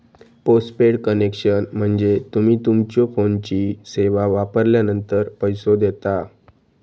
postpaid connection म्हणजे तुम्ही तुमच्यो फोनची सेवा वापरलानंतर पैसो देता